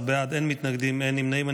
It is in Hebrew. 16 בעד, אין מתנגדים, אין נמנעים.